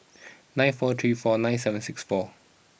nine four three four nine seven six four